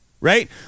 Right